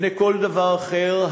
לפני כל דבר אחר,